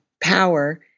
power